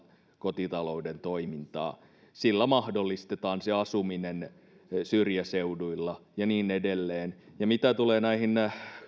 kotitalouden toimintaa erityisesti maaseudulla sillä mahdollistetaan se asuminen syrjäseuduilla ja niin edelleen mitä tulee näihin